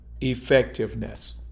Effectiveness